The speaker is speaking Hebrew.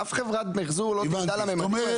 אף חברת מחזור לא תגדל לממדים האלה.